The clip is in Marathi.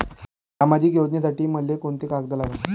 सामाजिक योजनेसाठी मले कोंते कागद लागन?